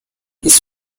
his